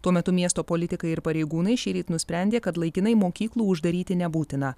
tuo metu miesto politikai ir pareigūnai šįryt nusprendė kad laikinai mokyklų uždaryti nebūtina